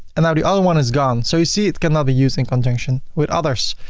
and now the other one is gone. so you see it cannot be used in conjunction with others.